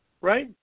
right